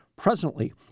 Presently